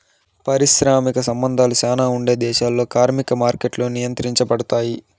పారిశ్రామిక సంబంధాలు శ్యానా ఉండే దేశాల్లో కార్మిక మార్కెట్లు నియంత్రించబడుతాయి